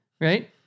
right